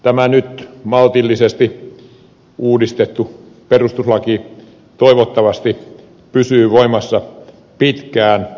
tämä nyt maltillisesti uudistettu perustuslaki toivottavasti pysyy voimassa pitkään